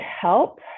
help